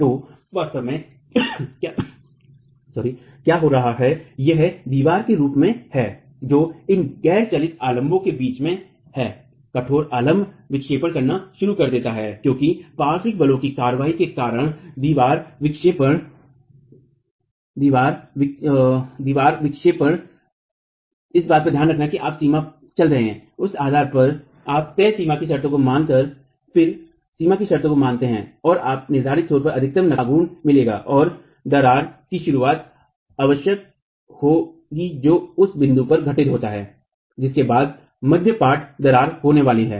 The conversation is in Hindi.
तो वास्तव में क्या हो रहा है यह दीवार के रूप में है जो इन गैर चलती आलाम्बों के बीच में है कठोर आलम्ब विक्षेपण करना शुरू कर देता है क्योंकि पार्श्व बलों की कार्रवाई के कारण दीवार विक्षेपित हो जाएगी दीवार निश्चित रूप से इस बात का ध्यान रखेगी कि आप जिस सीमा पर चल रहे हैं उसके आधार पर आप तय सीमा की शर्तों को मान सकते हैं लेकिन फिर बात यह है कि अगर आप तय सीमा की शर्तों को मानते हैं तो आपको निर्धारित छोर पर अधिकतम नकारात्मक आघूर्ण मिलेगा और दरार की शुरुआत अवश्य होगी जो उस बिंदु पर घटित होता है जिसके बाद मध्य पाट दरार होने वाली है